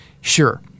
sure